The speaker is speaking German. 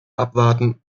abwarten